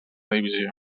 divisió